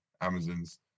Amazon's